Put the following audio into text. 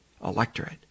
electorate